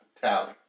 tally